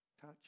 touch